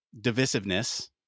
divisiveness